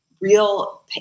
real